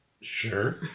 sure